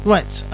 Right